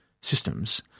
systems